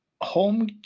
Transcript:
home